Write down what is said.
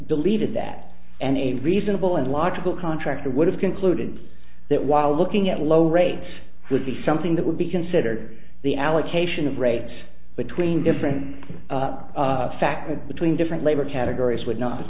believed that and a reasonable and logical contractor would have concluded that while looking at low rates would be something that would be considered the allocation of rates between different factor between different labor categories would not